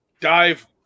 dive